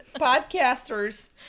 podcasters